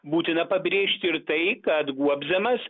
būtina pabrėžti ir tai kad guobzemas